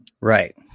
Right